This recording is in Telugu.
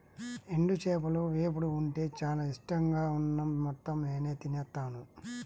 ఎండు చేపల వేపుడు ఉంటే చానా ఇట్టంగా అన్నం మొత్తం నేనే తినేత్తాను